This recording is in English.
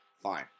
fine